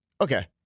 Okay